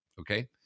Okay